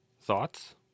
thoughts